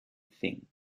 thing